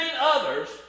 others